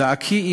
זעקי,